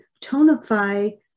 tonify